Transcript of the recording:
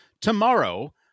tomorrow